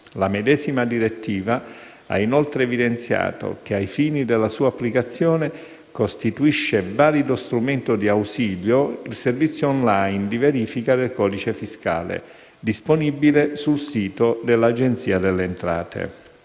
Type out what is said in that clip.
La medesima direttiva ha inoltre evidenziato che, ai fini della sua applicazione, «costituisce valido strumento di ausilio il servizio *on line* di verifica del codice fiscale», disponibile sul sito dell'Agenzia delle entrate.